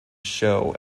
show